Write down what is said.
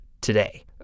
today